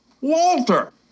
Walter